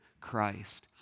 Christ